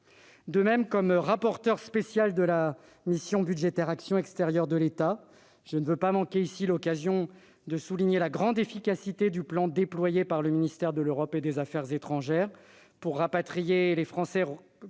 En tant que rapporteur spécial de la mission budgétaire « Action extérieure de l'État », je ne veux pas manquer l'occasion de souligner la grande efficacité du plan déployé par le ministère de l'Europe et des affaires étrangères pour rapatrier, au printemps